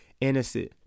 innocent